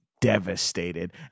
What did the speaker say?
devastated